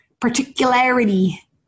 particularity